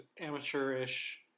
amateurish